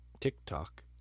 TikTok